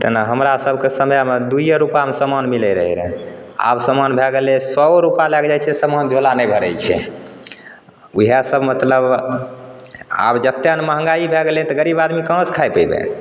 जेना हमरा सबके समयमे दूइए रुपामे समान मिलै रहै रऽ आब समान भए गेलै सए रुपा लए कऽ जाइत छियै समान झोलामे नहि भरैत छै ओहए सब मतलब आब जतेक ने महँगाइ भए गेलै तऽ गरीब आदमी कहाँसँ खयतै गऽ